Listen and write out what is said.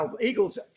Eagles